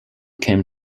came